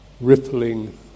rippling